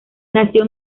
nació